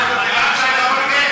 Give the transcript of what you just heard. שעות על-גבי שעות.